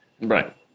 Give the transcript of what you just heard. right